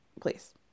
please